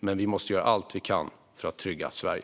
Men vi måste göra allt vi kan för att trygga Sverige.